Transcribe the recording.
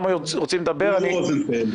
לדבר.